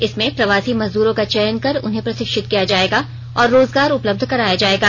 इसमें प्रवासी मजदूरों का चयन कर उन्हें प्रशिक्षित किया जायेगा और राजगार उपलब्ध कराया जायेगा